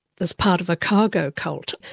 as part of a cargo cult.